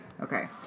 Okay